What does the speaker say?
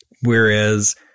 whereas